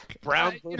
Brown